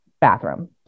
bathroom